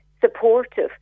supportive